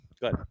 Good